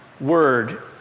word